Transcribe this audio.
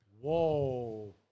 Whoa